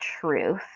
truth